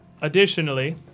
Additionally